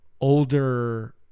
older